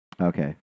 okay